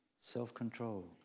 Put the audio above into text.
Self-control